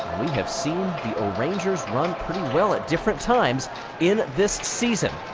we have seen the o'rangers run pretty well at different times in this season.